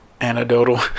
Anecdotal